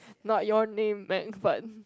not your name meg but